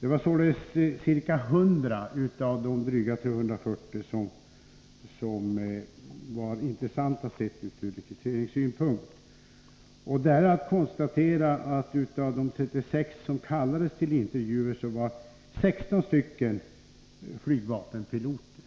Det var således ca 100 av drygt 340 som var intressanta, sett ur rekryteringssynpunkt. Det är vidare värt att konstatera att av de 36 som kallades till intervjuer var 16 flygvapenpiloter.